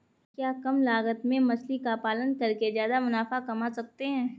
क्या कम लागत में मछली का पालन करके ज्यादा मुनाफा कमा सकते हैं?